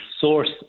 source